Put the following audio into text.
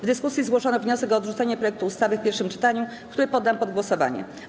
W dyskusji zgłoszono wniosek o odrzucenie projektu ustawy w pierwszym czytaniu, który poddam pod głosowanie.